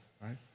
Right